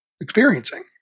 experiencing